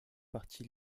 parti